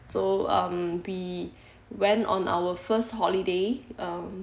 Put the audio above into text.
so um we went on our first holiday um